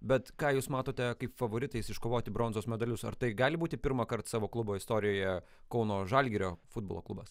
bet ką jūs matote kaip favoritais iškovoti bronzos medalius ar tai gali būti pirmąkart savo klubo istorijoje kauno žalgirio futbolo klubas